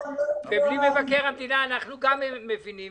גם בלי מבקר המדינה אנחנו מבינים,